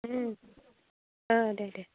औ दे दे